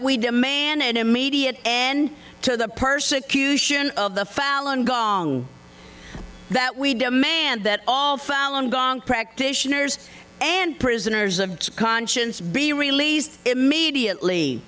we demand an immediate and to the persecution of the falun gong that we demand that all falun gong practitioners and prisoners of conscience be released immediately